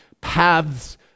paths